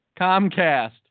Comcast